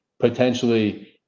potentially